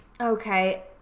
Okay